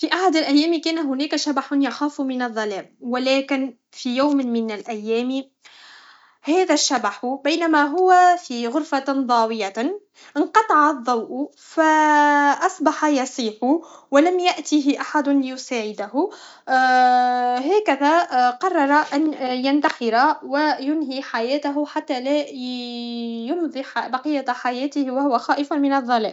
ه في أحد الأيام، كان هناك شبح يخاف من الظلام. و لكن في يوم من الأيام هذا الشيخ بينما هو في غرفة ضاوية انقطع الضوء ف اصبح يصيح و لم ياته احد ليساعده هكذا قرر ان ينتحر و ينهي حياته حتى لا يمضي بقية حياته وهو خائف من الظلام